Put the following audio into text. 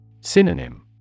Synonym